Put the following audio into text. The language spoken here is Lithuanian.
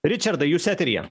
ričardai jūs eteryje